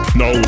no